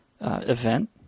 event